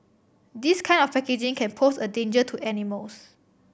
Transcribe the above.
this kind of packaging can pose a danger to animals